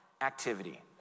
activity